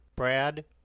Brad